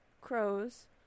crows